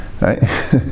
Right